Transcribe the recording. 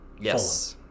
Yes